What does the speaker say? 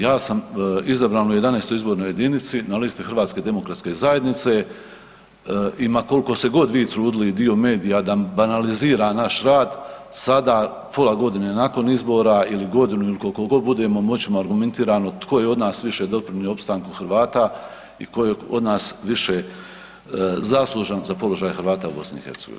Ja sam izabran u 11. izbornoj jedinici na listi HDZ-a i ma kolko se god vi trudili i dio medija da banalizira naš rad sada pola godine nakon izbora ili godinu ili koliko god budemo … [[Govornik se ne razumije]] argumentirano tko je od nas više doprinio opstanku Hrvata i ko je od nas više zaslužan za položaj Hrvata u BiH.